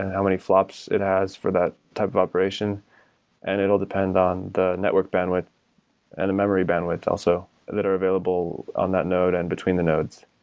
how many flops it has for that type of operation and it will depend on the network bandwidth and the memory bandwidth also that are available on that node and between the nodes.